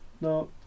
No